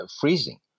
freezing